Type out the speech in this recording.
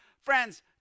Friends